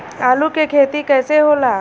आलू के खेती कैसे होला?